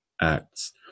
acts